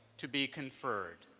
to be conferred.